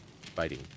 fighting